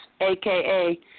aka